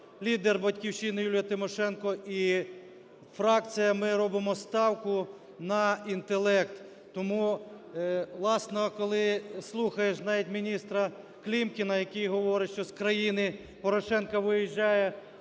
лідер "Батьківщини" Юлія Тимошенко і фракція, ми робимо ставку на інтелект. Тому, власне, коли слухаєш навіть міністра Клімкіна, який говорить, що з країни Порошенка виїжджає